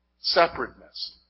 Separateness